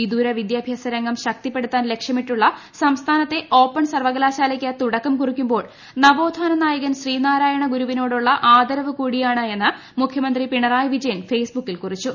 വിദൂര വിദ്യാഭ്യാസ രംഗം ശക്തിപ്പെടുത്താൻ ലക്ഷ്യമിട്ടിട്ടുള്ള സംസ്ഥാനത്തെ ഓപ്പൺ സർവ്വകലാശാലയ്ക്ക് തുടക്കം കുറിക്കുമ്പോൾ നവോത്ഥാന നായകൻ ശ്രീനാരായണഗുരുവിനോടുള്ള ആദരവ് കൂടിയാണെന്ന് മുഖ്യമന്ത്രി പിണറായി വിജയൻ ഫേസ്ബുക്കിൽ കുറിച്ചു